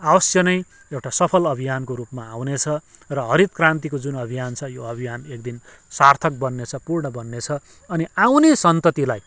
आवश्य नै एउटा सफल अभियानको रुपमा आउनेछ र हरित क्रान्तिको जुन अभियान छ यो अभियान एक दिन सार्थक बन्नेछ पूर्ण बन्ने छ अनि आउने सन्ततिलाई